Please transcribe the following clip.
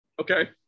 Okay